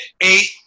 eight